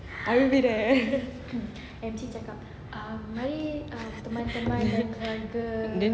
I'll be there